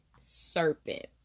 Serpent